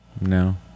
No